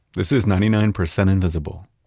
this is ninety nine percent invisible.